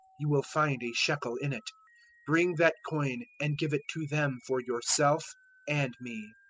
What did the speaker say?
you will find a shekel in it bring that coin and give it to them for yourself and me.